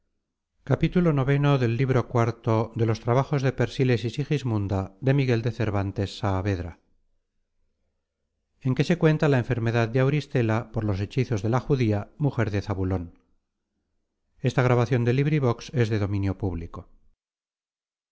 en que se cuenta la enfermedad de auristela por los hechizos de la judía mujer de zabulon